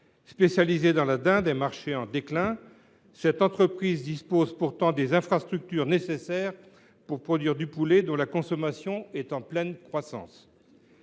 Spécialisée dans la dinde, un marché en déclin, cette entreprise dispose pourtant des infrastructures nécessaires pour produire du poulet, dont la consommation est en pleine croissance.